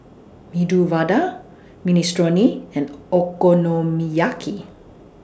Medu Vada Minestrone and Okonomiyaki